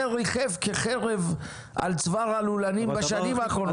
זה ריחף כחרב על צוואר הלולנים בשנים האחרונות.